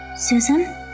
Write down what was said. Susan